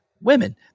women